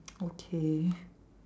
okay